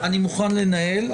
-- אני מוכן לנהל,